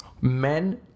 men